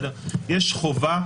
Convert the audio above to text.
יש חובה,